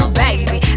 baby